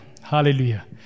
Hallelujah